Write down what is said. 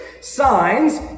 signs